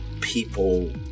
people